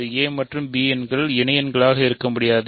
a மற்றும் b இணையெண்களாக இருக்க முடியாது